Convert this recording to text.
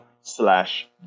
slash